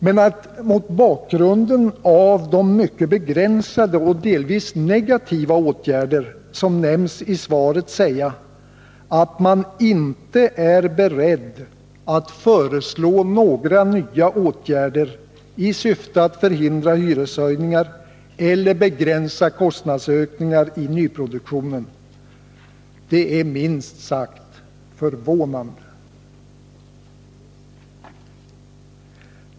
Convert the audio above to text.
Men att mot bakgrund av de mycket begränsade och delvis negativa åtgärder som nämns i svaret säga att man inte är beredd att föreslå några nya åtgärder i syfte att förhindra hyreshöjningar eller begränsa kostnadsökningar i nyproduktionen är minst sagt förvånande!